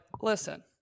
listen